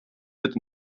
wird